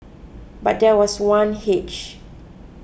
but there was one hitch